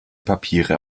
papiere